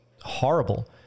horrible